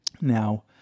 Now